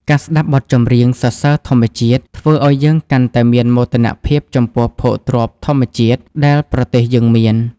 ការស្ដាប់បទចម្រៀងសរសើរធម្មជាតិ ធ្វើឱ្យយើងកាន់តែមានមោទនភាពចំពោះភោគទ្រព្យធម្មជាតិដែលប្រទេសយើងមាន។